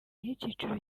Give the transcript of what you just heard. y’icyiciro